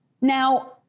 Now